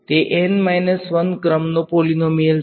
તે N 1 ક્રમનો polynomial છે